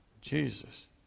Jesus